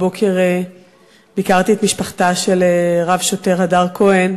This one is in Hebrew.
הבוקר ביקרתי את משפחתה של רב-שוטר הדר כהן,